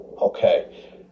Okay